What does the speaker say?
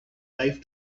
life